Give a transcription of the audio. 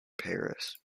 paris